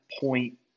point